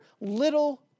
little